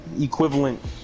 equivalent